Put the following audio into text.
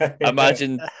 imagine